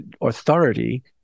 authority